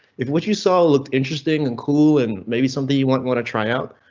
if what you saw looked interesting and cool, and maybe something you want want to try out,